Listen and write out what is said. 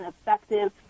effective